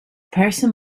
person